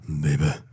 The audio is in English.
baby